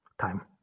time